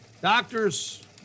Doctors